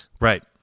Right